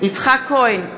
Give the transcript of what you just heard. יצחק כהן,